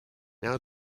now